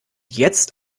jetzt